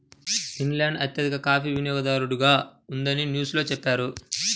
Finland అత్యధిక coffee వినియోగదారుగా ఉందని న్యూస్ లో చెప్పారు